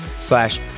slash